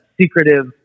secretive